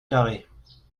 carrées